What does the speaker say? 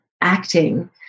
acting